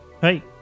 Hey